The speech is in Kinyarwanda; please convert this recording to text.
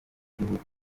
w’igihugu